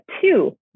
Two